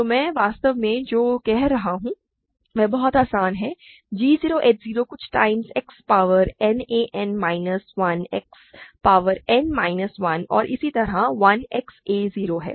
तो मैं वास्तव में जो कह रहा हूं वह बहुत आसान है g 0 h 0 कुछ times X power n a n minus 1 X power n minus 1 और इसी तरह 1 X a 0 है